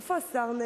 איפה השר?